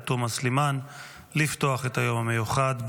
תומא סלימאן לפתוח את היום המיוחד.